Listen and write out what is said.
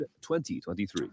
2023